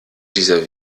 dieser